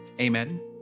Amen